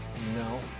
no